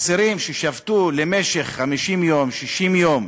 אסירים ששבתו 50 יום, 60 יום,